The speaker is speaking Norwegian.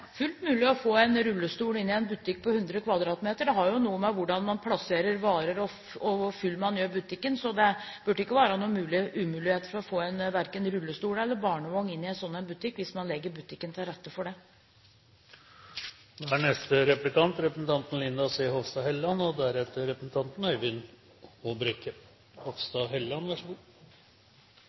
fullt mulig å få en rullestol inn i en butikk på 100 m2. Det har å gjøre med hvordan man plasserer varer, og hvor full man gjør butikken. Det burde ikke være noen umulighet å få verken rullestoler eller barnevogner inn i en sånn butikk hvis man legger til rette for det. I dag ser det ikke ut til at de søndagsåpne butikkene har problemer med å få folk til å jobbe. Det ser ut som om mange studenter står i kø og er